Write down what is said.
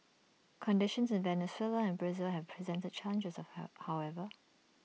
conditions in Venezuela and Brazil have presented challenges how however